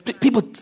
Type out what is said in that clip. people